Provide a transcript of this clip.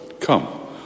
Come